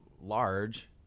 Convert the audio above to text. large